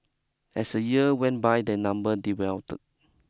as the year went by their number